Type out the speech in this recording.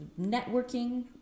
networking